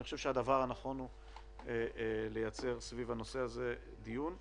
אני חושב שהדבר הנכון הוא לייצר סביב הנושא הזה דיון,